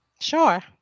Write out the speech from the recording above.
Sure